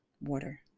water